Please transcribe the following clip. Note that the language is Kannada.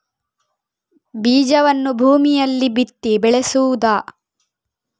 ಬೀಜವನ್ನು ಭೂಮಿಯಲ್ಲಿ ಬಿತ್ತಿ ಬೆಳೆಸುವುದಾ?